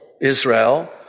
Israel